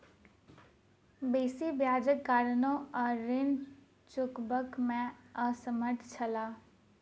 बेसी ब्याजक कारणेँ ओ ऋण चुकबअ में असमर्थ छला